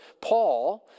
Paul